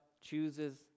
chooses